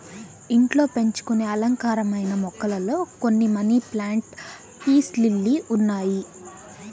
ఇంట్లో పెంచుకొనే అలంకారమైన మొక్కలలో కొన్ని మనీ ప్లాంట్, పీస్ లిల్లీ ఉన్నాయి